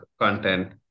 content